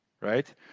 Right